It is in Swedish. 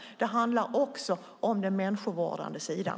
Det handlar också om den människovårdande sidan.